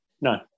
No